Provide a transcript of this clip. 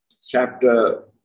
chapter